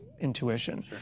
intuition